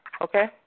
Okay